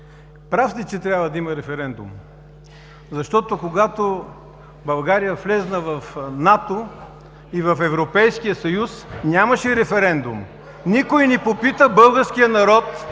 Прав сте, че трябва да има референдум, защото когато България влезе в НАТО и в Европейския съюз, нямаше референдум. Никой не попита българския народ